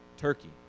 Turkey